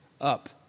up